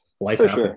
life